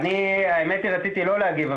האמת שרציתי לא להגיב,